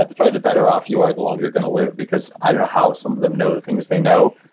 ah the probably the better off you are, the longer going to live. because i don't know how some of them know the things they know.